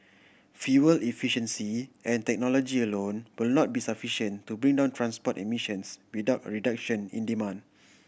fuel efficiency and technology alone will not be sufficient to bring down transport emissions without a reduction in demand